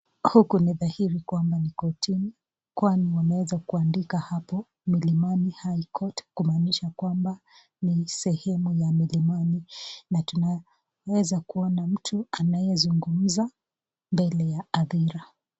Huku ni dhahiri kwamba ni kortini kwani wameweza kuandika Milimani High Court kumanisha kwamba ni sehemu ya Milimani na tunaweza kuona mtu anayezungumza mbele ya hadhira.